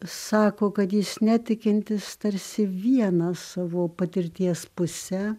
sako kad jis netikintis tarsi viena savo patirties puse